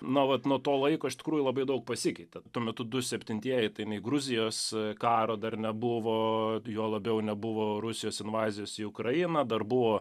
na vat nuo to laiko iš tikrųjų labai daug pasikeitė tuo metu du septintieji tai nei gruzijos karo dar nebuvo juo labiau nebuvo rusijos invazijos į ukrainą dar buvo